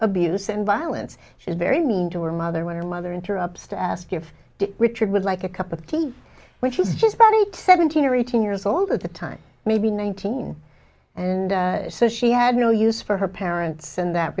abuse and violence she's very mean to her mother when her mother interrupts to ask if richard would like a cup of tea which is just part of it seventeen or eighteen years old at the time maybe nineteen and so she had no use for her parents in that